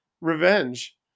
revenge